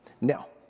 Now